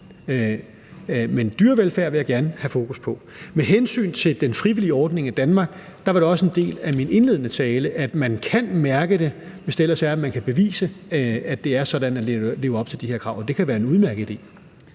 men dyrevelfærd vil jeg gerne have fokus på. Med hensyn til den frivillige ordning i Danmark var det også en del af min indledende tale, at man kan mærke det, hvis man ellers kan bevise, at det lever op til de her krav, og det kan være en udmærket idé.